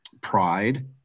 pride